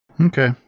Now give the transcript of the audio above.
Okay